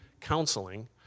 counseling